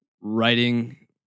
writing